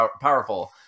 powerful